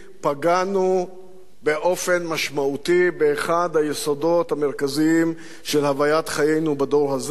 פגענו באופן משמעותי באחד היסודות המרכזיים של הוויית חיינו בדור הזה,